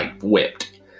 whipped